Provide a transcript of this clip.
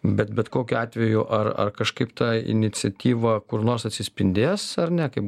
bet bet kokiu atveju ar ar kažkaip ta iniciatyva kur nors atsispindės ar ne kaip